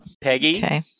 Peggy